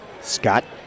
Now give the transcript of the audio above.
Scott